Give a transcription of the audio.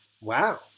Wow